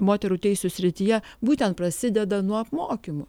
moterų teisių srityje būtent prasideda nuo apmokymų